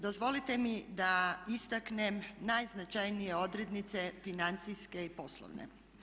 Dozvolite mi da istaknem najznačajnije odrednice financijske i poslovne.